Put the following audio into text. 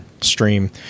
stream